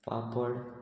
पापड